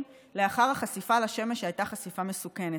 לאחר החשיפה לשמש שהייתה חשיפה מסוכנת.